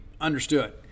understood